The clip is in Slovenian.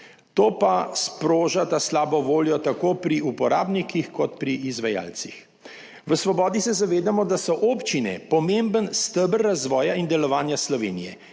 To pa sproža ta slabo voljo tako pri uporabnikih kot pri izvajalcih. V Svobodi se zavedamo, da so občine pomemben steber razvoja in delovanja Slovenije.